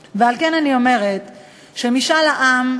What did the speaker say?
ולמעשה, עכשיו מצאנו פטנט חדש, של משאל עם,